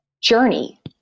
journey